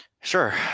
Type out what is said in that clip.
Sure